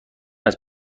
است